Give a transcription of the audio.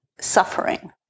suffering